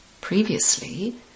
Previously